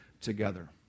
together